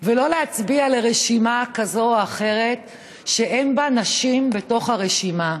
לא להצביע לרשימה כזו או אחרת שאין בה נשים בתוך הרשימה,